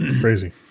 Crazy